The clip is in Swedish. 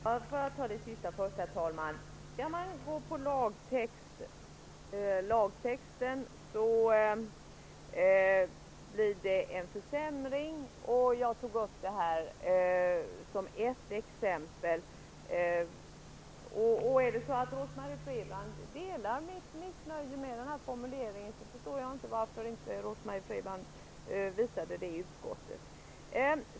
Herr talman! Låt mig ta det sista först. Följer man lagtexten blir det en försämring. Jag tog upp det som ett exempel. Delar Rose-Marie Frebran mitt missnöje med den här formuleringen förstår jag inte varför hon inte visade det i utskottet.